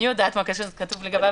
יודעת מה כתוב לגבי הפגנות,